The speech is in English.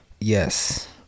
Yes